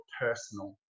personal